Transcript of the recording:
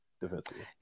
defensively